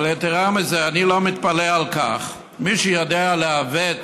אבל יתרה מזה, אני לא מתפלא על כך: מי שיודע לעוות